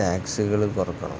ടാക്സുകള് കുറയ്ക്കണം